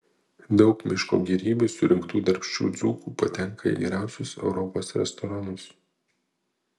daug miško gėrybių surinktų darbščių dzūkų patenka į geriausius europos restoranus